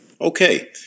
Okay